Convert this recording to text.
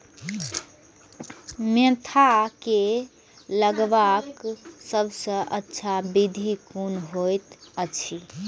Mentha के लगवाक सबसँ अच्छा विधि कोन होयत अछि?